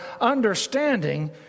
understanding